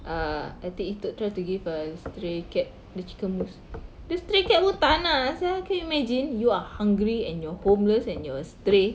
err I think etol try to give a stray cat the chicken mousse the stray cat pun tak nak sia can you imagine you are hungry and you're homeless and you are a stray